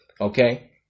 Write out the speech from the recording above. okay